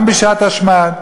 גם בשעת השמד.